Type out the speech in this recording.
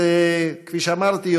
כפי שאמרתי,